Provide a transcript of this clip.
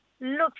look